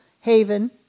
Haven